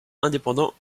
indépendant